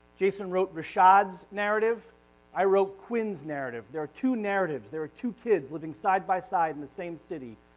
jason wrote rashad's narrative i wrote quinn's narrative. there are two narratives. there are two kids living side by side in the same city.